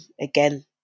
again